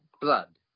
blood